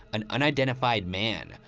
an unidentified man,